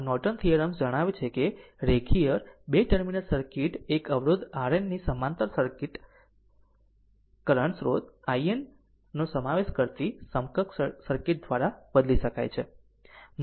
આમ Norton theorems જણાવે છે કે રેખીયર 2 ટર્મિનલ સર્કિટ એક અવરોધ R n ની સમાંતર કરંટ સ્રોત i N નો સમાવેશ કરતી સમકક્ષ સર્કિટ દ્વારા બદલી શકાય છે